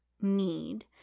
need